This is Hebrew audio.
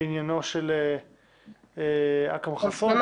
בעניינו של אכרם חסון,